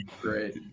Great